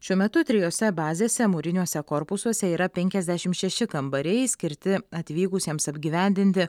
šiuo metu trijose bazėse mūriniuose korpusuose yra penkiasdešim šeši kambariai skirti atvykusiems apgyvendinti